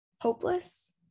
Hopeless